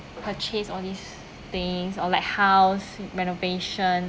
purchase all these things or like house renovation